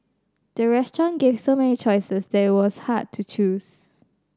the restaurant gave so many choices that it was hard to choose